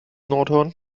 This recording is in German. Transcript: nordhorn